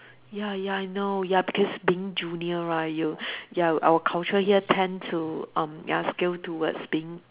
ya ya I know ya because being junior right you ya our culture here tend to um ya skew towards being